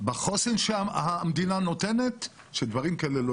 בחוסן שהמדינה נותנת כדי שדברים כאלה לא